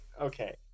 okay